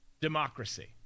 democracy